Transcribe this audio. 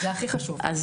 יש